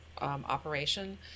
operation